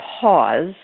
pause